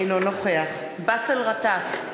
אינו נוכח באסל גטאס,